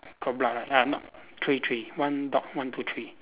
got blood lah ya no three three one dot one two three